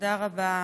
תודה רבה,